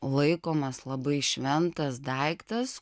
laikomas labai šventas daiktas